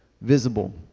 visible